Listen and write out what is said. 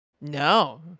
No